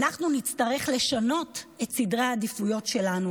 אנחנו נצטרך לשנות את סדרי העדיפויות שלנו,